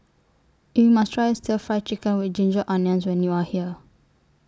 YOU must Try Stir Fry Chicken with Ginger Onions when YOU Are here